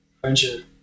friendship